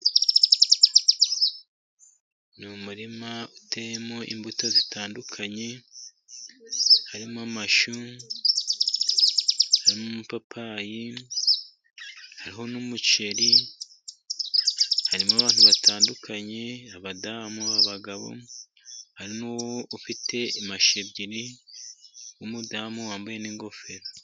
Ni umurima uteyemo imbuto zitandukanye harimo amashyu, harimo amapapayi, hariho n'umuceri, harimo abantu batandukanye, abadamu, abagabo, hari n'ufite amashu abiri w'umudamu, wambaye n'ingofero.